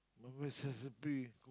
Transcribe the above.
my best recipe cook